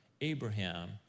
Abraham